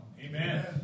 Amen